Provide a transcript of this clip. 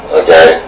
okay